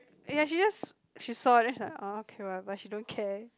yes she just she saw then she like oh okay whatever she don't care